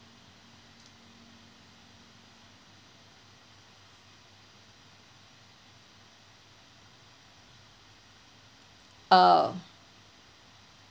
uh